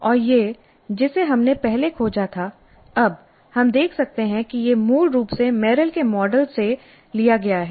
और यह जिसे हमने पहले खोजा था अब हम देख सकते हैं कि यह मूल रूप से मेरिल के मॉडल से लिया गया है